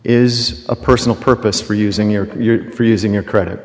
is a personal purpose for using your for using your credit